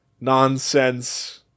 nonsense